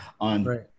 on